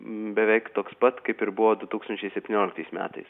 beveik toks pat kaip ir buvo du tūkstančiai septynioliktais metais